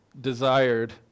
desired